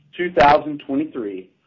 2023